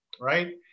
right